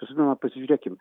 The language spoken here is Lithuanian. žinoma pasižiūrėkim